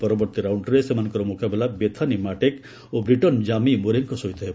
ପରବର୍ତ୍ତୀ ରାଉଶ୍ଚରେ ସେମାନଙ୍କର ମୁକାବିଲା ବେଥାନି ମାଟେକ୍ ଓ ବ୍ରିଟନ୍ ଜାମି ମୁରେଙ୍କ ସହିତ ହେବ